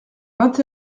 vingt